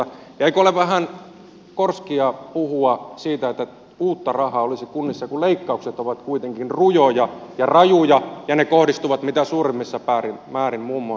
ja eikö ole vähän korskia puhua siitä että uutta rahaa olisi kunnissa kun leikkaukset ovat kuitenkin rujoja ja rajuja ja ne kohdistuvat mitä suurimmassa määrin muun muassa vanhuspalveluihin